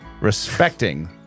respecting